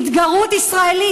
התגרות ישראלית.